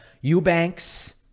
Eubanks